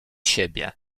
siebie